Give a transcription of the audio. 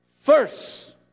First